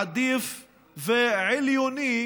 עדיף ועליוני